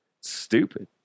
stupid